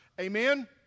Amen